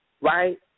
right